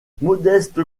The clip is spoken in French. modeste